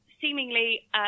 seemingly